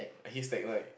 he's like what